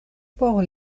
por